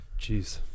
Jeez